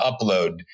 upload